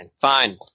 Fine